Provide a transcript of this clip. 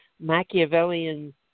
Machiavellian